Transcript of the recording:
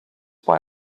why